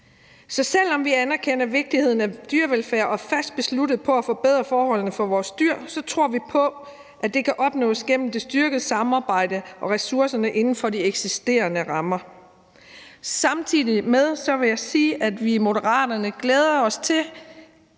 For selv om vi anerkender vigtigheden af dyrevelfærd og er fast besluttet på at forbedre forholdene for vores dyr, tror vi på, at det kan opnås gennem det styrkede samarbejde og ressourcerne inden for de eksisterende rammer. Samtidig vil jeg sige, at vi i Moderaterne glæder os til